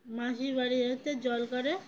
মাসির বাড়ি এতে জল করে